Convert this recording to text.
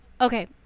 Okay